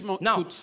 Now